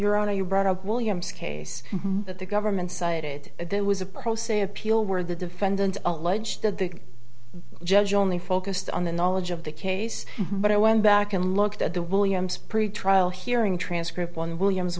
your honor you brought up williams case that the government cited there was a pro se appeal where the defendant alleged that the judge only focused on the knowledge of the case but i went back and looked at the williams pretrial hearing transcript when williams